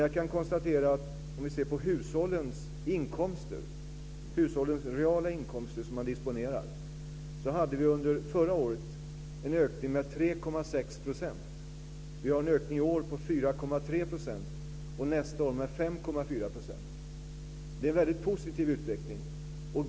Jag kan konstatera att om vi ser på hushållens reala inkomster, de pengar man disponerar, finner vi att vi under förra året hade en ökning med 3,6 %. Vi har en ökning i år på 4,3 % och nästa år blir den 5,4 %. Det är en väldigt positiv utveckling.